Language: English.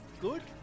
good